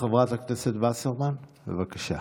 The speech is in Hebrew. חברת הכנסת וסרמן, בבקשה.